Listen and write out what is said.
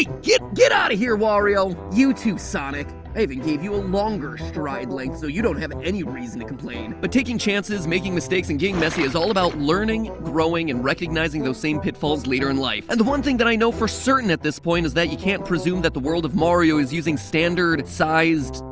get get out of here, wario! you too, sonic. i even gave you a longer stride length, so you don't have any reason to complain. but thaking chances, making mistakes and getting messy is all about learning, growing, and recognizing those same pitfalls later in life. and the one thing i know for certain at this point is that you can't presume that the world of mario is using standard-sized.